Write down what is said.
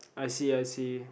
I see I see